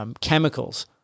chemicals